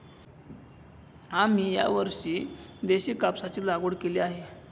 आम्ही यावर्षी देशी कापसाची लागवड केली आहे